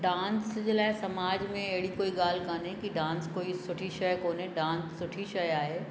dance जे लाइ समाज में अहिड़ी कोई ॻाल्हि कोन्हे की डांस कोई सुठी शइ कोन्हे डांस सुठी शइ आहे